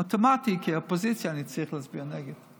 אוטומטית כאופוזיציה אני צריך להצביע נגד.